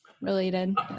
related